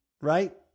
right